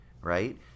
right